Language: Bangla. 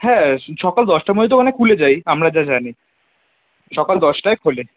হ্যাঁ সকাল দশটার মধ্যে তো ওখানে খুলে যায় আমরা যা জানি সকাল দশটায় খোলে